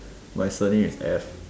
my surname is F